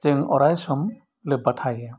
जों अराय सम लोब्बा थायो